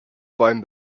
bäumen